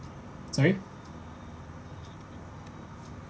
sorry